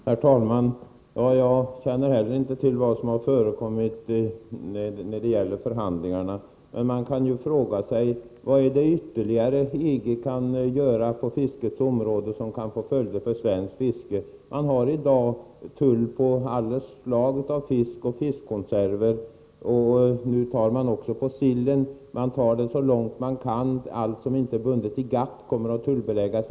Herr talman! Inte heller jag känner till vad som förekommit när det gäller förhandlingarna. Man kan fråga sig: Vad mera kan EG göra på fiskets område som kan få olika följder för svenskt fiske? I dag är det tull på alla slag av fisk och fiskkonserver. Nu gäller det också sillen. Man går så långt det är möjligt. Allt som inte är bundet i GATT kommer att tullbeläggas.